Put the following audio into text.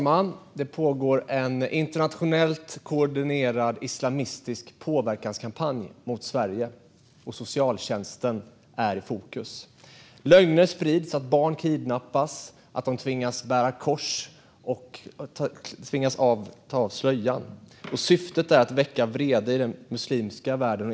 Fru talman! Det pågår en internationellt koordinerad islamistisk påverkanskampanj mot Sverige, och socialtjänsten är i fokus. Lögner sprids att barn kidnappas, att de tvingas bära kors och att de tvingas ta av slöjan. Syftet är att väcka vrede i den muslimska världen.